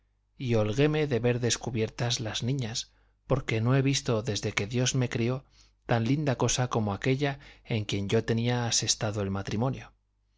y holguéme de ver descubiertas las niñas porque no he visto desde que dios me crió tan linda cosa como aquella en quien yo tenía asestado el matrimonio